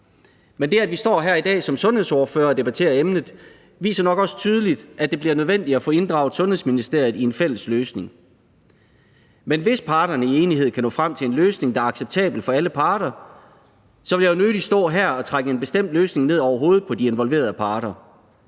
Men det, at vi står her i dag som sundhedsordførere og debatterer emnet, viser nok også tydeligt, at det bliver nødvendigt at få inddraget Sundhedsministeriet i en fælles løsning. Hvis parterne i enighed kan nå frem til en løsning, der er acceptabel for alle parter, vil jeg nødig stå her og trække en bestemt løsning ned over hovedet på de involverede parter.